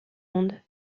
monde